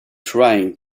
trying